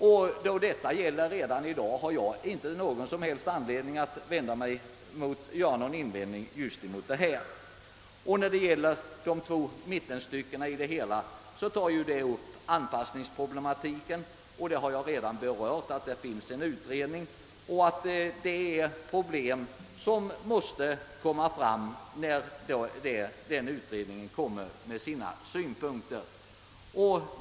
Eftersom detta sker redan i dag, har jag ingen invändning att göra häremot. I de två följande styckena tas frågan om anpassningsproblemen upp. Jag har redan sagt att en utredning arbetar med dessa frågor och att dessa problem får diskuteras när utredningen framlagt sitt betänkande.